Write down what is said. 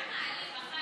זה היה מעליב, השר כץ.